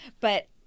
But-